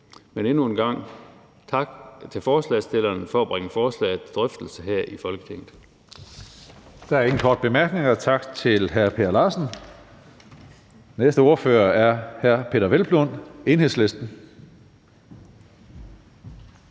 Men endnu en gang vil jeg sige tak til forslagsstillerne for at bringe forslaget til drøftelse her i Folketinget.